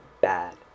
bad